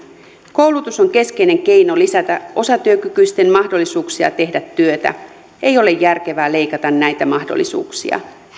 koulutus on keskeinen keino lisätä osatyökykyisten mahdollisuuksia tehdä työtä ei ole järkevää leikata näitä mahdollisuuksia